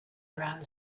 around